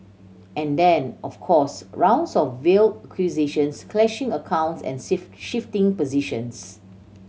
and then of course rounds of veiled accusations clashing accounts and shifting positions